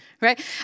right